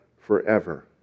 forever